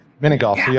mini-golf